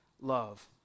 love